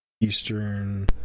Eastern